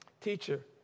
Teacher